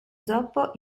zoppo